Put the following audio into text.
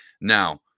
Now